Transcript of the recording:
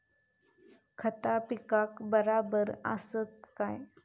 खता पिकाक बराबर आसत काय?